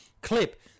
clip